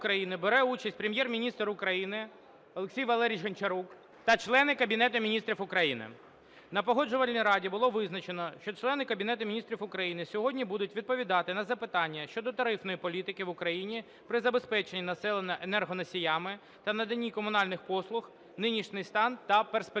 бере участь Прем'єр-міністр України Олексій Валерійович Гончарук та члени Кабінету Міністрів України. На Погоджувальній раді було визначено, що члени Кабінету Міністрів України сьогодні будуть відповідати на запитання щодо тарифної політики в Україні при забезпеченні населення енергоносіями та наданні комунальних послуг: нинішній стан та перспективи.